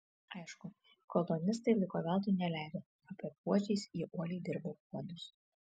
aišku kolonistai laiko veltui neleido tapę puodžiais jie uoliai dirbo puodus